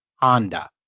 Honda